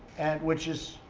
and which is,